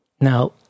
Now